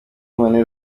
emmanuel